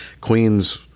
queen's